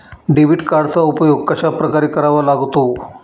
Debit कार्डचा उपयोग कशाप्रकारे करावा लागतो?